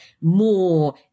more